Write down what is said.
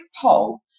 poll